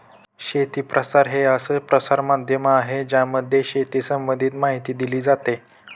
शेती प्रसार हे असं प्रसार माध्यम आहे ज्यामध्ये शेती संबंधित माहिती दिली जाते